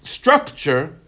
structure